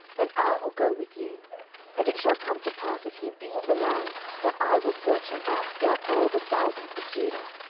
and i will go with you and it shall come to pass, if he be in the land, that i will search him out throughout all the thousands of judah.